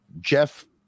Jeff